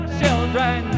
children